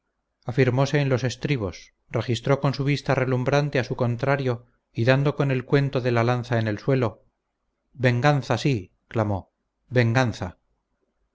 singular afirmóse en los estribos registró con su vista relumbrante a su contrario y dando con el cuento de la lanza en el suelo venganza sí clamó venganza